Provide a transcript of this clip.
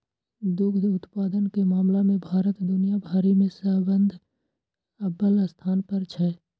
दुग्ध उत्पादन के मामला मे भारत दुनिया भरि मे सबसं अव्वल स्थान पर छै